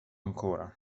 ancora